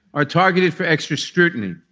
are targeted for extra scrutiny.